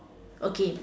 okay